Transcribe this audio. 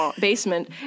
basement